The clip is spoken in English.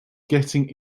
getting